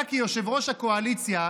אתה כיושב-ראש הקואליציה,